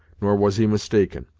nor was he mistaken.